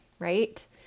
right